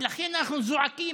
ולכן אנחנו זועקים.